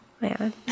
man